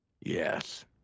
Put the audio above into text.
Yes